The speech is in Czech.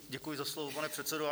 Děkuji za slovo, pane předsedo.